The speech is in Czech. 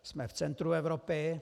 Jsme v centru Evropy.